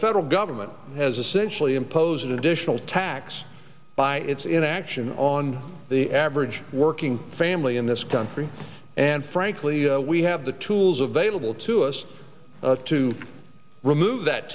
federal government has essentially impose an additional tax by its inaction on the average working family in this country and frankly we have the tools available to us to remove that